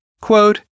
Quote